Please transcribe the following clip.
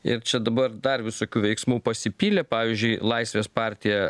ir čia dabar dar visokių veiksmų pasipylė pavyzdžiui laisvės partija